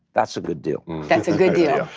that's a good deal. that's a good deal.